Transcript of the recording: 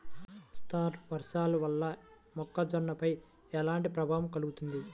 మోస్తరు వర్షాలు వల్ల మొక్కజొన్నపై ఎలాంటి ప్రభావం కలుగుతుంది?